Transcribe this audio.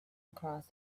across